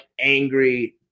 angry